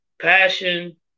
Passion